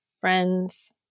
friends